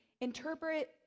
Interpret